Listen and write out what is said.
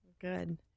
Good